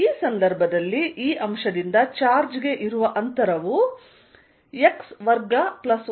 ಈ ಸಂದರ್ಭದಲ್ಲಿ ಈ ಅಂಶದಿಂದ ಚಾರ್ಜ್ಗೆ ಇರುವ ಅಂತರವು x2y2 ನ ವರ್ಗಮೂಲವಾಗಿರುತ್ತದೆ